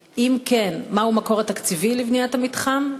2. אם כן, מה הוא המקור התקציבי לבניית המתחם?